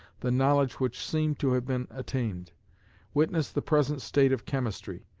the knowledge which seemed to have been attained witness the present state of chemistry.